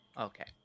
Okay